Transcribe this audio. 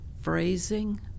phrasing